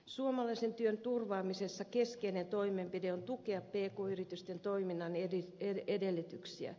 suomalaisen työn turvaamisessa keskeinen toimenpide on tukea pk yritysten toimintaedellytyksiä